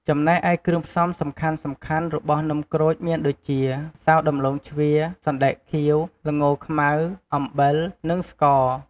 ចំណែកឯគ្រឿងផ្សំសំខាន់ៗរបស់នំក្រូចមានដូចជា ម្សៅ ដំឡូងជ្វា សណ្ដែកខៀវ ល្ងខ្មៅ អំបិល និងស្ករ។